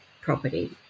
property